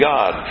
God